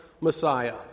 Messiah